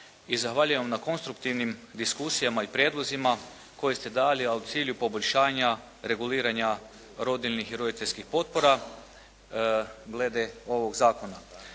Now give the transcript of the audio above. i zahvaljujem vam na konstruktivnim diskusijama i prijedlozima koje ste dali, a u cilju poboljšanja reguliranja rodiljnih i roditeljskih potpora glede ovog zakona.